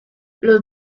los